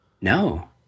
No